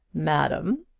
madam,